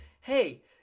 hey